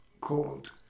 called